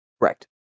Correct